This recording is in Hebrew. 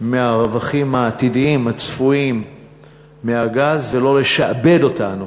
מהרווחים העתידיים הצפויים מהגז, לא לשעבד אותנו